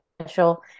special